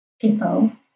people